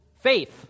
faith